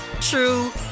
true